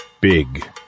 big